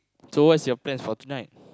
so what's your plans for tonight